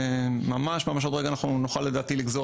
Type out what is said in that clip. ממש עוד רגע אנחנו נוכל לדעתי לגזור